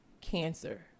cancer